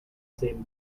same